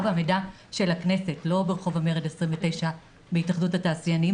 והמידע של הכנסת - לא ברחוב המרד 29 בהתאחדות התעשיינים